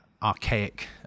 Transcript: archaic